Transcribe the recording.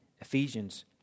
Ephesians